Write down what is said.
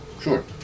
sure